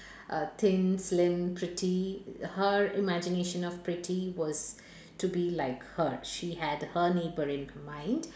uh thin slim pretty her imagination of pretty was to be like her she had her neighbour in her mind